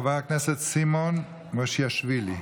חבר הכנסת סימון מושיאשוילי,